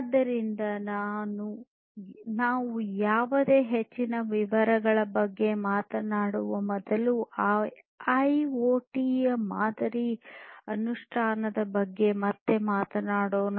ಆದ್ದರಿಂದ ನಾವು ಯಾವುದೇ ಹೆಚ್ಚಿನ ವಿವರಗಳ ಬಗ್ಗೆ ಮಾತನಾಡುವ ಮೊದಲು ಐಒಟಿಯ ಮಾದರಿ ಅನುಷ್ಠಾನದ ಬಗ್ಗೆ ಮತ್ತೆ ಮಾತನಾಡೋಣ